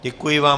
Děkuji vám.